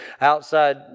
outside